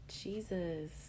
Jesus